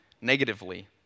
negatively